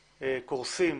קורסים,